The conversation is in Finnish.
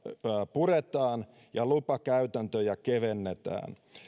puretaan ja lupakäytäntöjä kevennetään